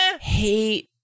hate